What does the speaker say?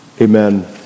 Amen